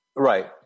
Right